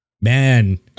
man